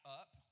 up